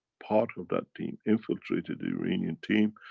part of that team, infiltrated the iranian team.